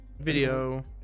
video